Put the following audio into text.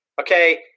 okay